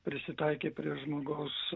prisitaikė prie žmogaus